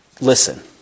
Listen